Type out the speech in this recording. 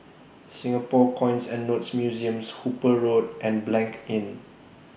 Singapore Coins and Notes Museums Hooper Road and Blanc Inn